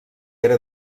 era